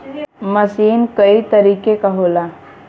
मसीन कई तरीके क होला